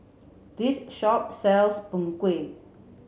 this shop sells png kueh